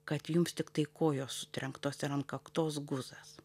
kad jums tiktai kojos sutrenktos ir ant kaktos guzas